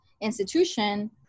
institution